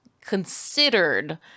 considered